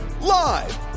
Live